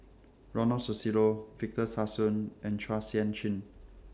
Ronald Susilo Victor Sassoon and Chua Sian Chin